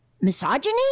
Misogyny